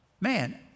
man